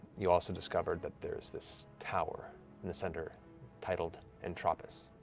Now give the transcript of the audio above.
you also discovered that there's this tower in the center titled entropis,